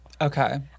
Okay